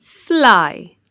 Fly